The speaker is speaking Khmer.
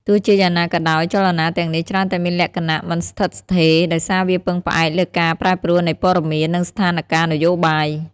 ទោះជាយ៉ាងណាក៏ដោយ ចលនាទាំងនេះច្រើនតែមានលក្ខណៈ មិនស្ថិតស្ថេរ ដោយសារវាពឹងផ្អែកលើការប្រែប្រួលនៃព័ត៌មាន និងស្ថានការណ៍នយោបាយ។